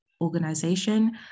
organization